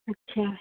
अच्छा